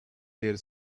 their